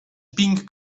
pink